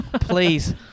please